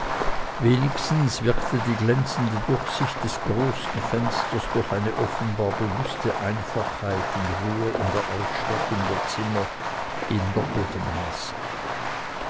wenigstens wirkte die glänzende durchsicht der großen fenster durch eine offenbar bewußte einfachheit und ruhe in der ausstattung der zimmer in doppeltem maße